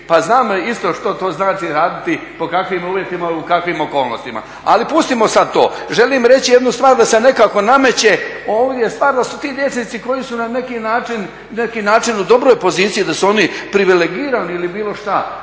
pa znam isto što to znači raditi pod kakvim uvjetima, u kakvim okolnostima. Ali pustimo sad to. Želim reći jednu stvar, da se nekako nameće ovdje stvar da su ti liječnici koji su na neki način u dobroj poziciji da su oni privilegirani ili bilo šta.